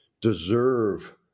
deserve